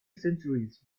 centuries